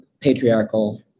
patriarchal